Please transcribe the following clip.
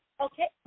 Okay